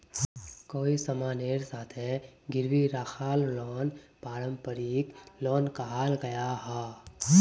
कोए सामानेर साथे गिरवी राखाल लोन पारंपरिक लोन कहाल गयाहा